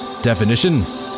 definition